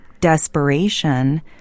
desperation